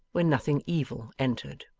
where nothing evil entered.